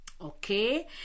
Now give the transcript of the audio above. okay